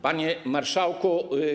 Panie Marszałku!